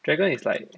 dragon is like